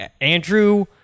Andrew